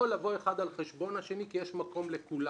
לבוא אחד על חשבון השני כי יש מקום לכולם.